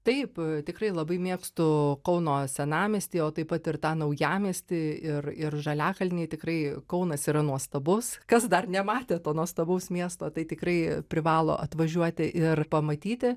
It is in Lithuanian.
taip tikrai labai mėgstu kauno senamiestį o taip pat ir tą naujamiestį ir ir žaliakalnį tikrai kaunas yra nuostabus kas dar nematė to nuostabaus miesto tai tikrai privalo atvažiuoti ir pamatyti